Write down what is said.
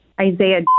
Isaiah